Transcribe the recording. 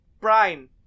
Brian